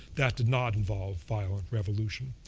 that did not involve violent revolution.